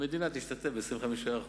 המדינה תשתתף ב-25%,